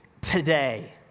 today